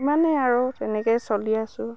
ইমানেই আৰু তেনেকৈয়ে চলি আছোঁ